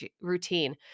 routine